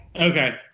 Okay